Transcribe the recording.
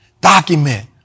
Document